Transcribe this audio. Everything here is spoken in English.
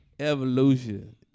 Evolution